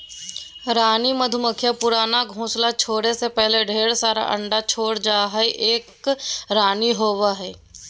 रानी मधुमक्खी पुराना घोंसला छोरै से पहले ढेर सारा अंडा छोड़ जा हई, एक रानी होवअ हई